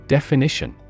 Definition